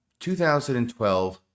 2012